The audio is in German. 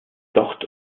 dort